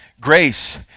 Grace